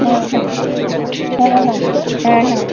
ও হ্যাঁ হ্যাঁ হ্যাঁ হ্যাঁ হ্যাঁ